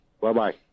Bye-bye